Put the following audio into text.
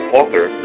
author